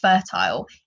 fertile